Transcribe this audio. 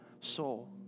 soul